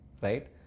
right